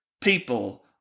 people